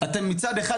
מצד אחד,